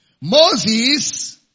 Moses